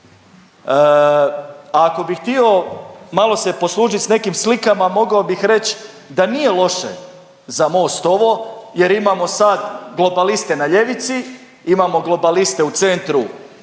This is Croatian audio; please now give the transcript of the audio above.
ako bi htio malo se poslužit s nekim slikama mogao bih reći da nije loše za Most ovo jer imamo sad globaliste na ljevici, imamo globaliste u centru